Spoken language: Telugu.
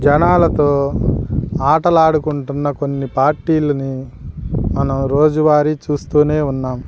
జనాలతో ఆటలాడుకుంటున్న కొన్ని పార్టీలని మనం రోజువారి చూస్తూనే ఉన్నాము